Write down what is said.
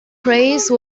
phrase